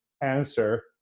answer